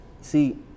see